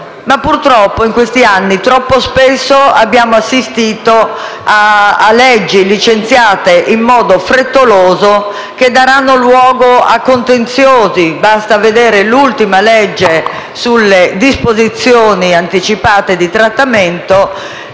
Purtroppo però, in questi anni, troppo spesso abbiamo assistito a leggi licenziate in modo frettoloso, che daranno luogo a contenziosi. Basti considerare l'ultima, sulle disposizioni anticipate di trattamento: